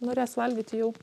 norės valgyti jau